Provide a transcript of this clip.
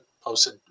posted